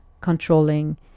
controlling